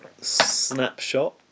snapshot